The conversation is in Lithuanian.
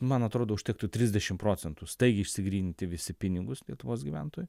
man atrodo užtektų trisdešimt procentų staigiai išsigryninti visi pinigus lietuvos gyventojų